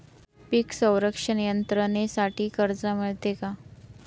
पीक संरक्षण यंत्रणेसाठी कर्ज मिळते का?